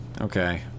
okay